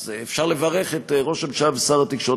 אז אפשר לברך את ראש הממשלה ושר התקשורת,